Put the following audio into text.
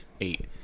Eight